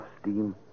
steam